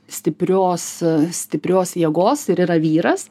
stiprios stiprios jėgos ir yra vyras